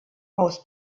aus